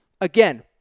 Again